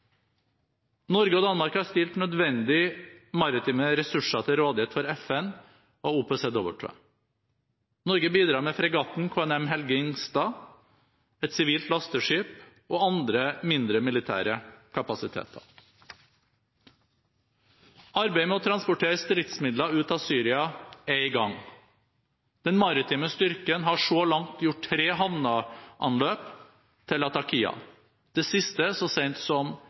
Norge og Danmark har stilt nødvendige maritime ressurser til rådighet for FN og OPCW. Norge bidrar med fregatten KNM «Helge Ingstad», et sivilt lasteskip og andre mindre militære kapasiteter. Arbeidet med å transportere stridsmidlene ut av Syria er i gang. Den maritime styrken har så langt gjort tre havneanløp til Latakia, det siste så sent som